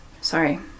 Sorry